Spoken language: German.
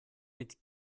mit